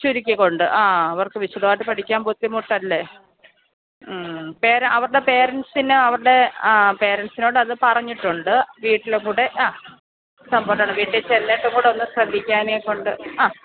ചുരുക്കിക്കൊണ്ട് ആ അവർക്ക് വിശദമായിട്ട് പഠിക്കാൻ ബുദ്ധിമുട്ടല്ലേ പേര് അവരുടെ പാരൻസിനോ അവരുടെ ആ പേരെൻസിനോടത് പറഞ്ഞിട്ടുണ്ട് വീട്ടിൽ കൂടെ അ സപ്പോർട്ടുള്ള വീട്ടിൽ ചെന്നിട്ടും കൂടൊന്ന് ശ്രദ്ധിക്കാനേക്കൊണ്ട് ആ